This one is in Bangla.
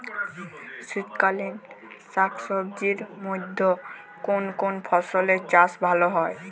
শীতকালীন শাকসবজির মধ্যে কোন কোন ফসলের চাষ ভালো হয়?